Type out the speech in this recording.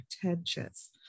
pretentious